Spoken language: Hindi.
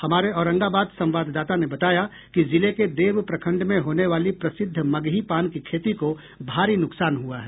हमारे औरंगाबाद संवाददाता ने बताया कि जिले के देव प्रखंड में होने वाली प्रसिद्ध मगही पान की खेती को भारी नुकसान हुआ है